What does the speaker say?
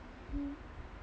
hmm